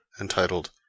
entitled